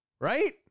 Right